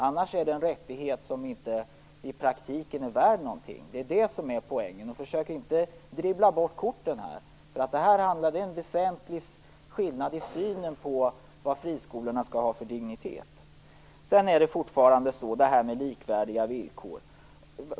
Annars är det här en rättighet som i praktiken inte är värd någonting. Det är det som är poängen - försök inte dribbla bort korten! Det här handlar om en väsentlig skillnad i synen på vad friskolorna skall ha för dignitet. Sedan vill jag ta upp det här med likvärdiga villkor.